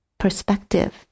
perspective